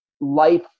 life